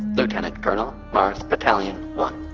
lieutenant colonel, mars battalion one.